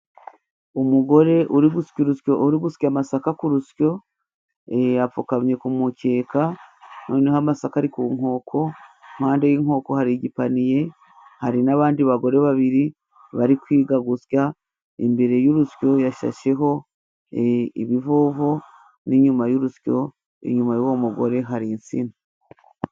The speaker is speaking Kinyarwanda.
Umugore uri gusya urusyo uri gusya amasaka ku rusyo. Ee apfukamye ku mukeka, noneho amasaka ari ku nkoko. Impande y'inkoko hari igipaniye, hari n'abandi bagore babiri bari kwiga gusya. Imbere y'urusyo yashasheho ee ibivovo, n'inyuma y'urusyo inyuma y'uwo mugore hari insina.